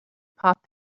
pop